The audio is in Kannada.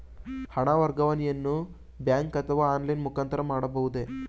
ಹಣ ವರ್ಗಾವಣೆಯನ್ನು ಬ್ಯಾಂಕ್ ಅಥವಾ ಆನ್ಲೈನ್ ಮುಖಾಂತರ ಮಾಡಬಹುದೇ?